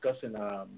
discussing